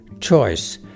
choice